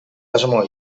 asmoa